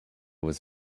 was